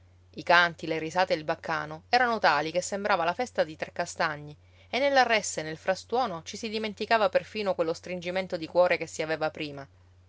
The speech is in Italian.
i canti le risate e il baccano erano tali che sembrava la festa di trecastagni e nella ressa e nel frastuono ci si dimenticava perfino quello stringimento di cuore che si aveva prima